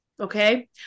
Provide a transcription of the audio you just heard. okay